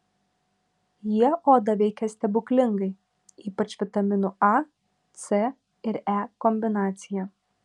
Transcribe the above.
jie odą veikia stebuklingai ypač vitaminų a c ir e kombinacija